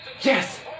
Yes